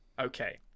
okay